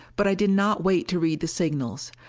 but i did not wait to read the signals.